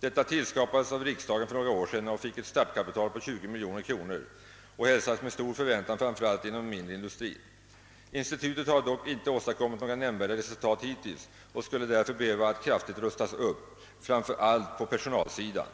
Detta tillskapades av riksdagen för några år sedan, fick ett startkapital på 20 miljoner kronor och hälsades med stor förväntan framför allt inom den mindre industrin. Institutet har dock icke åstadkommit några nämnvärda resultat hittills och skulle därför behöva kraftigt rustas upp, framför allt på personalsidan.